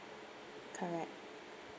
correct